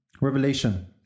Revelation